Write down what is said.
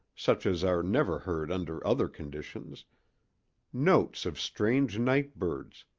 such as are never heard under other conditions notes of strange night-birds,